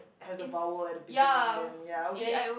has a vowel at the beginning then ya okay